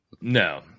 No